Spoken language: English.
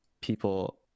people